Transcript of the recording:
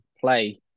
play